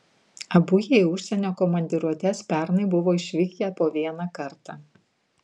abu jie į užsienio komandiruotes pernai buvo išvykę po vieną kartą